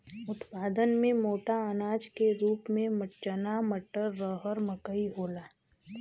उत्पादन में मोटा अनाज के रूप में चना मटर, रहर मकई होला